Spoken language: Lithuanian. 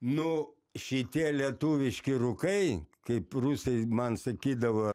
nu šitie lietuviški rūkai kaip rusai man sakydavo